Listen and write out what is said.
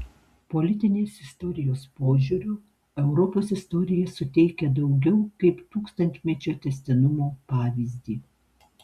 politinės istorijos požiūriu europos istorija suteikia daugiau kaip tūkstantmečio tęstinumo pavyzdį